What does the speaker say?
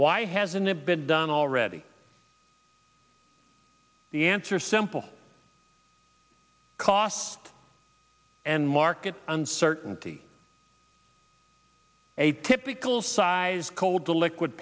why hasn't it been done already the answer is simple cost and market uncertainty a typical size cold the liquid